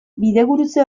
bidegurutze